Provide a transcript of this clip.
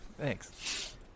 Thanks